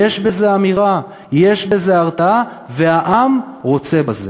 יש בזה אמירה, יש בזה הרתעה, והעם רוצה בזה.